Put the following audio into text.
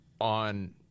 on